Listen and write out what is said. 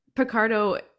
Picardo